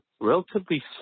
relatively